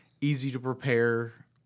easy-to-prepare